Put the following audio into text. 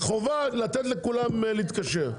חובה לתת לכולם להתקשר.